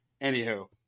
anywho